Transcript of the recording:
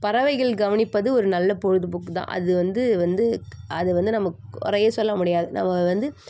பறவைகள் கவனிப்பது ஒரு நல்ல பொழுதுபோக்குதான் அது வந்து வந்து அது வந்து நமக்கு குறையே சொல்ல முடியாது நம்ம வந்து